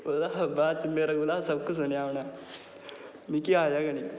ओह्दे शा बाद च मेरे कोला सबक सुनेआ उ'नें मिगी आया गै नेईं